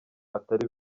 atari